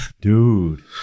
Dude